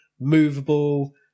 movable